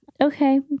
okay